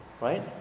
Right